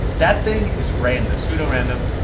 that thing is random pseudorandom